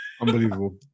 unbelievable